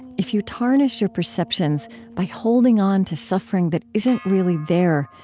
if you tarnish your perceptions by holding on to suffering that isn't really there,